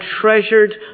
treasured